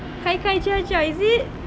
kai kai jia jia is it